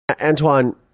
Antoine